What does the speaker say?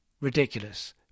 ridiculous